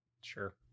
Sure